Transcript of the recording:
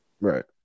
Right